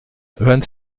vingt